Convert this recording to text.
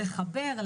לחבר,